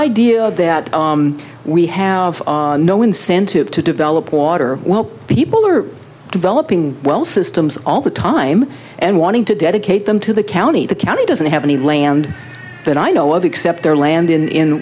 idea that we have of no incentive to develop water well people are developing well systems all the time and wanting to dedicate them to the county the county doesn't have any land that i know of except their land in